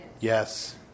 Yes